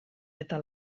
eta